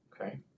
Okay